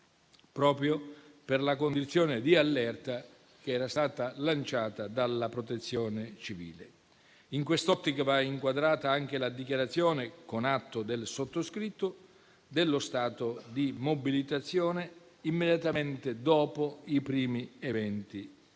proprio per la condizione di allerta che era stata lanciata dalla Protezione civile. In quest'ottica va inquadrata anche la dichiarazione, con atto del sottoscritto, dello stato di mobilitazione, immediatamente dopo i primi eventi